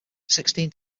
sixteen